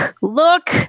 look